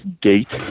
gate